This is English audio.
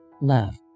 love